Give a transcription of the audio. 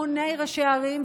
המוני ראשי ערים,